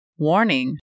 Warning